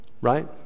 Right